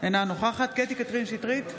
אינה נוכחת קטי קטרין שטרית,